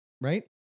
Right